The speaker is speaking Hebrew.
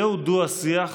זה הדו-שיח